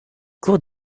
cours